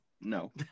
No